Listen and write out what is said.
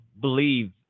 believe